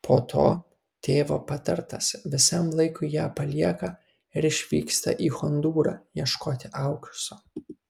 po to tėvo patartas visam laikui ją palieka ir išvyksta į hondūrą ieškoti aukso